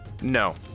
No